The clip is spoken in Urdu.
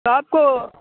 آپ کو